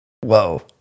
whoa